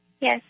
Yes